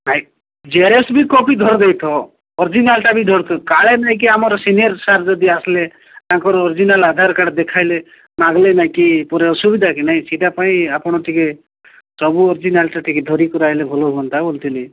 ନାଇଁ ଜେଏରକ୍ସ ବି କପି ଧରଦେଇଥିବ ଅର୍ଜିନାଲଟା ବି ଧରିଥବ କାଳେ ନାଇଁ କିି ଆମର ସିନିଅର ସାର୍ ଯଦି ଆସିଲେ ତାଙ୍କର ଅର୍ଜିନାଲ ଆଧାର କାର୍ଡ୍ ଦେଖାଇଲେ ମାଗିଲେ ନାଇଁ କି ପୁରା ଅସୁବିଧା କି ନାଇଁ ସେଇଟା ପାଇଁ ଆପଣ ଟିକେ ସବୁ ଅର୍ଜିନାଲଟା ଟିକେ ଧରିକି ରହିଲେ ଭଲ ହୁଅନ୍ତା ବୋଲିଥିଲି